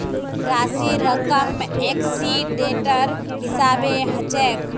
राशिर रकम एक्सीडेंटेर हिसाबे हछेक